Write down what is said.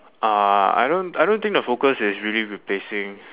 uh I don't I don't think the focus is really replacing